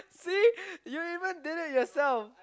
see you even did it yourself